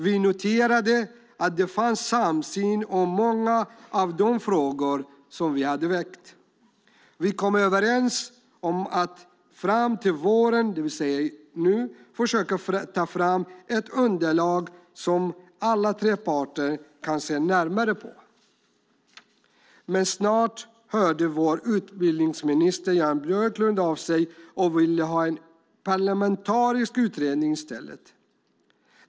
Vi noterade att det fanns en samsyn om många av de frågor som vi hade väckt. Vi kom överens om att fram till våren, det vill säga nu, försöka ta fram ett underlag som alla tre parter kunde se närmare på. Men snart hörde vår utbildningsminister Jan Björklund av sig och ville ha en parlamentarisk utredning i stället.